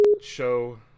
show